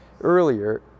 earlier